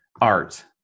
art